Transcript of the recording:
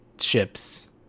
ships